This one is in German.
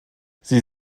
sie